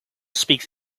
speaks